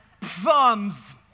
Thumbs